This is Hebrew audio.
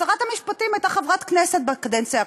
שרת המשפטים הייתה חברת כנסת בקדנציה הקודמת.